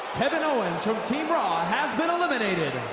kevin owens from team raw has been eliminated.